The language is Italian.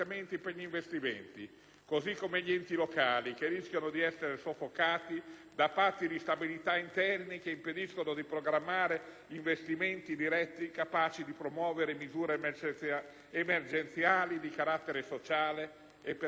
così come gli enti locali che rischiano di essere soffocati da patti di stabilità interni che impediscono di programmare investimenti diretti e capaci di promuovere misure emergenziali di carattere sociale e per spese in conto capitale.